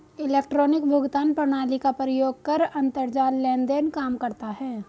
electronic भुगतान प्रणाली का प्रयोग कर अंतरजाल लेन देन काम करता है